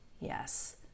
yes